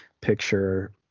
picture